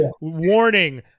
warning